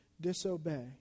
disobey